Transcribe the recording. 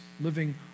living